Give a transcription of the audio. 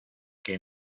que